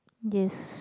yes